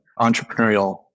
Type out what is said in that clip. entrepreneurial